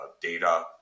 data